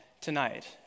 tonight